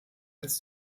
als